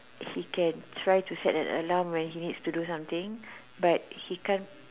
he can try to set an alarm when he needs to do something but he can't